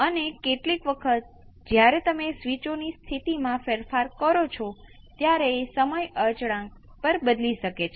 હવે કેટલાક અન્ય પદોને V pમાં સ્કેલ કરી શકાય છે આપણે અહીં કંઈક બીજું મેળવી શકીએ છીએ અને તે આ સ્થિતિમાં દેખાશે